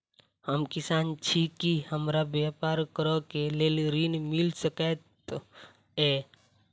हम किसान छी की हमरा ब्यपार करऽ केँ लेल ऋण मिल सकैत ये?